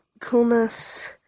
Coolness